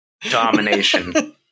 domination